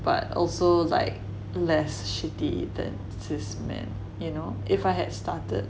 but also like less shitty than cis men you know if I had started